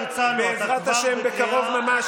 הפרת אמונים.